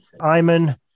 Iman